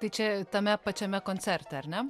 tai čia tame pačiame koncerte ar ne